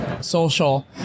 Social